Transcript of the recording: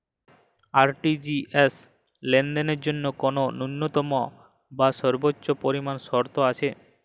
RTGS লেনদেনের জন্য কোন ন্যূনতম বা সর্বোচ্চ পরিমাণ শর্ত আছে?